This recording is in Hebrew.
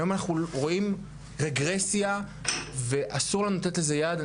היום אנחנו רואים רגרסיה ואסור לתת לזה יד.